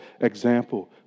example